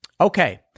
Okay